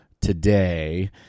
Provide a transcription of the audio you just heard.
today